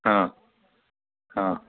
हां हां